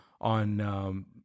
on